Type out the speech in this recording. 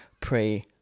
pray